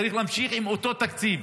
צריך להמשיך עם אותו תקציב.